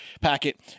packet